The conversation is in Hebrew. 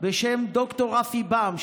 בשם ד"ר רפי בהם,